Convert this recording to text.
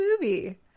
movie